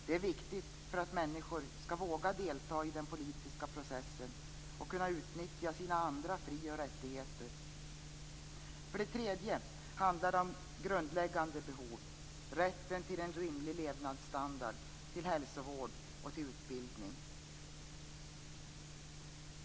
Det är viktigt för att människor skall våga delta i den politiska processen och kunna utnyttja sina andra fri och rättigheter. Det handlar dessutom om grundläggande behov - rätten till en rimlig levnadsstandard, till hälsovård och till utbildning.